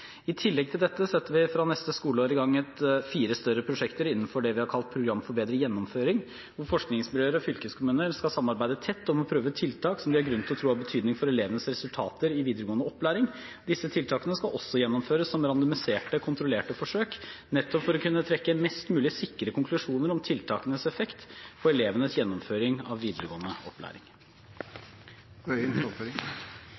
I tillegg til dette setter vi fra neste skoleår i gang fire større prosjekter innenfor det vi har kalt Program for bedre gjennomføring. Forskningsmiljøer og fylkeskommuner skal samarbeide tett om å prøve ut tiltak som de har grunn til å tro har betydning for elevenes resultater i videregående opplæring. Disse tiltakene skal også gjennomføres som randomiserte, kontrollerte forsøk, nettopp for å kunne trekke mest mulig sikre konklusjoner om tiltakenes effekt på elevenes gjennomføring av videregående